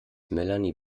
melanie